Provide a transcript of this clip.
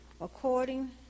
according